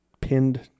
pinned